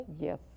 Yes